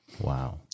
Wow